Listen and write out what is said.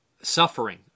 suffering